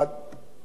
עלה לנגב,